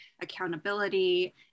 accountability